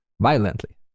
violently